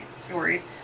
Stories